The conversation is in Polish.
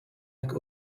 jak